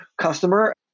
customer